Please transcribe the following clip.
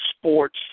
sports